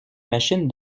machine